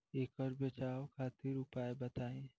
ऐकर बचाव खातिर उपचार बताई?